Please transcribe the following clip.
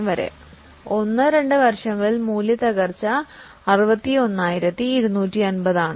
അതിനാൽ 1 2 വർഷങ്ങളിൽ ഡിപ്രീസിയേഷൻ 61250 ആണ്